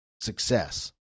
success